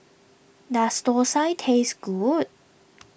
does Thosai taste good